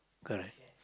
correct